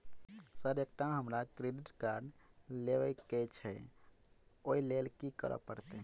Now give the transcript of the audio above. Sir एकटा हमरा credit card लेबकै छैय ओई लैल की करऽ परतै?